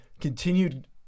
continued